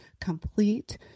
complete